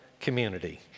community